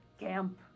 camp